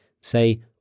Say